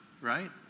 right